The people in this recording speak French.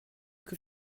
que